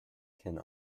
can